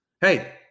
Hey